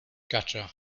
gotcha